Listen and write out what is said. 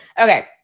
Okay